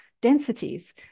densities